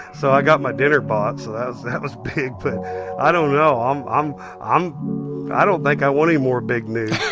so i got my dinner bought, so that was big. but i don't know. um i'm i'm i don't think i want any more big news